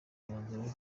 umwanzuro